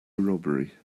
robbery